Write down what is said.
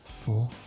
Four